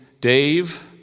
Dave